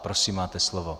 Prosím, máte slovo.